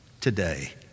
today